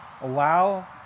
allow